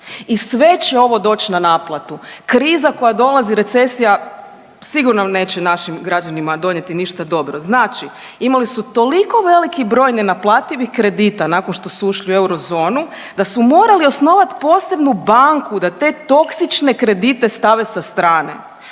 i sve će ovo doć na naplatu. Kriza koja dolazi recesija sigurno neće našim građanima donijeti ništa dobro. Znači imali su toliko veliki broj nenaplativih kredita nakon što su ušli u eurozonu da su morali osnovati posebnu banku da te toksične kredite stave sa strane.